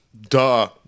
Duh